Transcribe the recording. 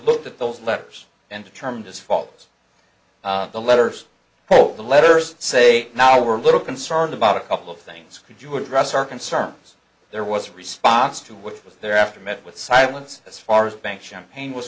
looked at those letters and determined as follows the letter the letters say now are a little concerned about a couple of things could you address our concerns there was a response to which with their after met with silence as far as bank champagne was